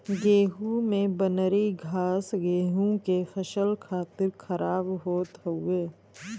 गेंहू में बनरी घास गेंहू के फसल खातिर खराब होत हउवे